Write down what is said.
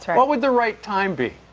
what would the right time be?